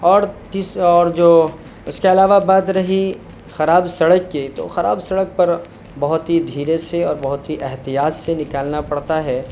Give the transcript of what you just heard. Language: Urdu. اور تیس اور جو اس کے علاوہ بات رہی خراب سڑک کی تو خراب سڑک پر بہت ہی دھیرے سے اور بہت ہی احتیاط سے نکالنا پڑتا ہے